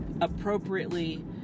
appropriately